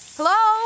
Hello